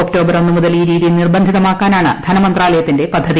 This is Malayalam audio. ഒക്ടോബർ ഒന്ന് മുതൽ ഈ രീതി നിർബന്ധിതമാക്കാനാണ് ധനമന്ത്രാലയത്തിന്റെ പദ്ധതി